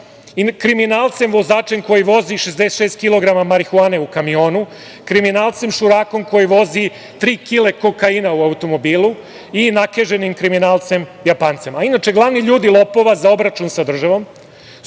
kriminalcem vozačem koji voz 66 kilograma marihuane u kamionu, kriminalcem šurakom koji vozi tri kile kokaina u automobilu i nakeženim kriminalcem Japancem. Inače, glavni ljudi lopova za obračun sa državom